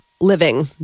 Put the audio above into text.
living